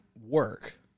work